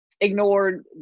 ignored